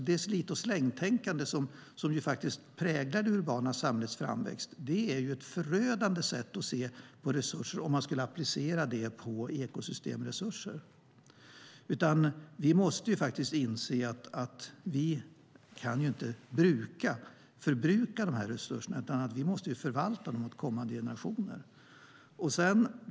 Det slit-och-släng-tänkande som präglar det urbana samhällets framväxt är ett förödande sätt att se på resurser, om man skulle applicera det på ekosystemresurser. Vi måste faktiskt inse att vi inte kan förbruka de resurserna, utan vi måste förvalta dem åt kommande generationer.